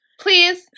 Please